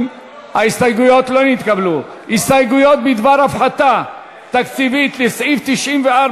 ההסתייגויות לסעיף 94,